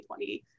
2020